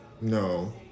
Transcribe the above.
No